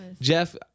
Jeff